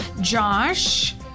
Josh